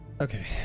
Okay